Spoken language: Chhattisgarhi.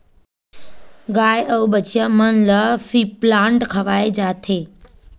गाय अउ बछिया मन ल फीप्लांट खवाए जाथे